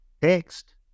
text